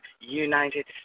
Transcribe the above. United